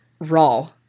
raw